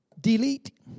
delete